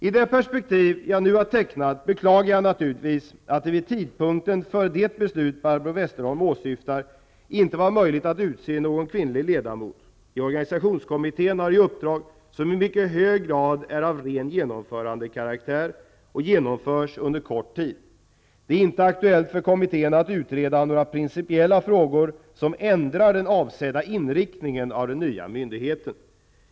I det perspektiv jag nu tecknat beklagar jag naturligtvis att det vid tidpunkten för det beslut Barbro Westerholm åsyftar inte var möjligt att utse någon kvinnlig ledamot. Organisationskommittén har ett uppdrag som i mycket hög grad är av ren genomförandekaraktär och genomförs under kort tid. Det är inte aktuellt för kommittén att utreda några principiella frågor som ändrar den avsedda inriktningen av den nya myndigheten.